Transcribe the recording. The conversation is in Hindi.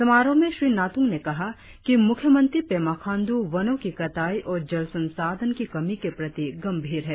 समारोह में श्री नातूंग ने कहा कि मुख्यमंत्री पेमा खांडू वनो की कटाई और जल संसाधन की कमी के प्रति गंभीर है